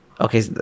Okay